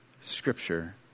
scripture